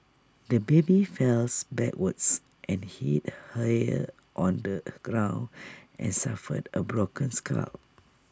the baby fells backwards and hit hear on the ground and suffered A broken skull